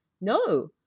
no